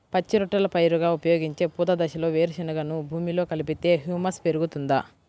పచ్చి రొట్టెల పైరుగా ఉపయోగించే పూత దశలో వేరుశెనగను భూమిలో కలిపితే హ్యూమస్ పెరుగుతుందా?